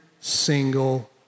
single